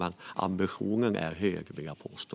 Men ambitionen är hög, vill jag påstå.